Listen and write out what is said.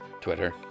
Twitter